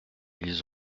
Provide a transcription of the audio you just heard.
ils